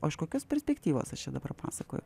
o iš kokios perspektyvos aš čia dabar pasakoju